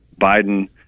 Biden